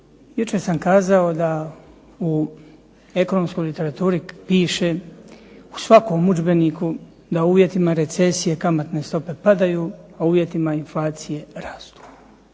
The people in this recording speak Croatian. Jučer sam kazao da u ekonomskoj literaturi piše u svakom udžbeniku da u uvjetima recesije kamatne stope padaju, a u uvjetima inflacije rastu.